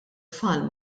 tfal